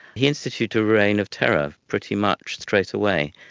he instituted a reign of terror pretty much straight away.